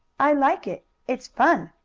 i like it it's fun!